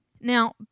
Now